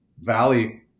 valley